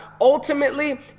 Ultimately